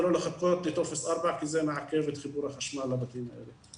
ולא לחכות לטופס 4 כי זה מעכה את חיבור החשמל לבתים האלה.